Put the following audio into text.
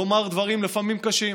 לומר דברים שהם לפעמים קשים.